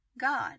God